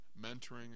mentoring